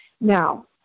Now